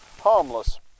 harmless